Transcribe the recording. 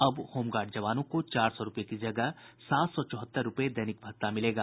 अब होमगार्ड जवानों को चार सौ रूपये की जगह सात सौ चौहत्तर रूपये दैनिक भत्ता मिलेगा